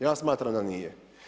Ja smatram da nije.